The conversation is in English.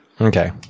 Okay